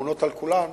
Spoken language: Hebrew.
אמונות על כולם,